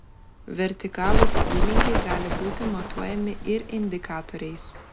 vertikalūs įlinkiai gali būti matuojami ir indikatoriais